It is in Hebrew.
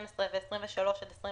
12 ו-23 עד 25